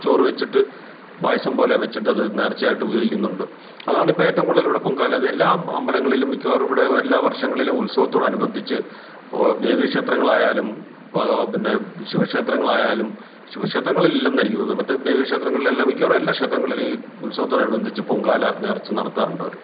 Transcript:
ചോറ് വെച്ചിട്ട് പായസം പോലെ വെച്ചിട്ടത് നേർച്ചയായിട്ട് ഉപയോഗിക്കുന്നുണ്ട് അതാണിപ്പം ഏറ്റവും കൂടുതൽ ഇവിടെ പൊങ്കാല അത് എല്ലാ അമ്പലങ്ങളിലും മിക്കവാറും ഇവിടെ എല്ലാ വർഷങ്ങളിലും ഉത്സവത്തോടനുബന്ധിച്ച് ദേവീക്ഷേത്രങ്ങളായാലും ഭഗ പിന്നെ ശിവക്ഷേത്രങ്ങളായാലും ശിവക്ഷേത്രങ്ങളിൽ ഇല്ലെന്നാണ് എനിക്ക് തോന്നുന്നത് മറ്റ് ദേവീക്ഷേത്രങ്ങളിൽ എല്ലാം മിക്കവാറും എല്ലാ ക്ഷേത്രങ്ങളിലും ഉത്സവത്തോടനുബന്ധിച്ച് പൊങ്കാല നേർച്ച നടത്താറുണ്ട് അവർ